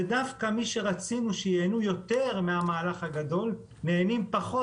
ודווקא מי שרצינו שייהנו יותר מהמהלך הגדול נהנים פחות,